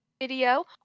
video